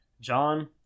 John